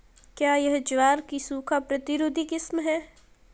क्या यह ज्वार की सूखा प्रतिरोधी किस्म है?